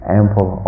ample